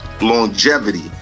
longevity